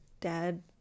dad